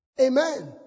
Amen